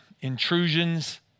intrusions